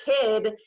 kid